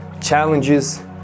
challenges